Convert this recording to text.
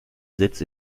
sitz